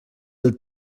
del